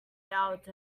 out